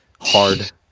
hard